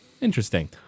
Interesting